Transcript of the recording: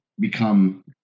become